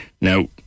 Now